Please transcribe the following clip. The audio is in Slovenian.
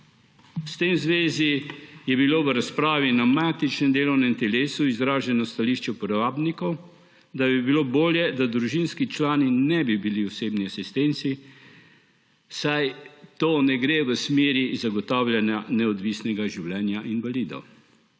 s tem je bilo v razpravi na matičnem delovnem telesu izraženo stališče uporabnikov, da bi bilo bolje, da družinski člani ne bi bili osebni asistenti, saj to ne gre v smeri zagotavljanja neodvisnega življenja invalidov.